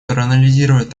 проанализировать